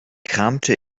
kramte